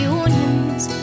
unions